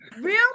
Real